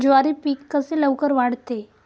ज्वारी पीक कसे लवकर वाढते?